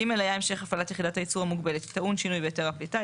(ג) היה המשך הפעלת יחידת הייצור המוגבלת טעון שינוי בהיתר הפליטה,